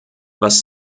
was